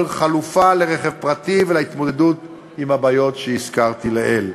חלופה לרכב הפרטי ולהתמודדות עם הבעיות שהזכרתי לעיל.